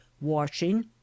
washing